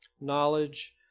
knowledge